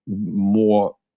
more